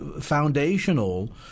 foundational